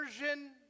version